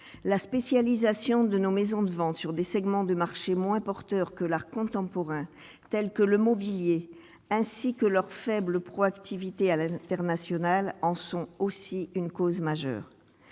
la spécialisation de nos maisons de ventes sur des segments de marché moins porteur que l'art contemporain, tels que le mobilier, ainsi que leur faible proactivité Allen ternational en sont aussi une cause majeure,